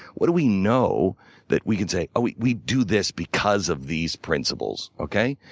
what do we know that we can say we we do this because of these principles, okay?